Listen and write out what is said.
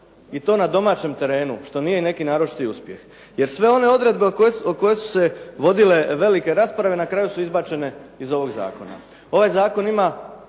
i to na domaćem terenu što nije neki naročiti uspjeh jer sve one odredbe oko koje su se vodile velike rasprave na kraju su izbačene iz ovog zakona. Ovaj zakon ima